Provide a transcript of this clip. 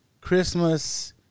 Christmas